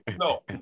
No